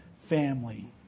family